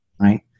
Right